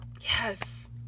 Yes